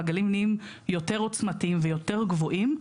והגלים נהיים יותר עוצמתיים ויותר גבוהים,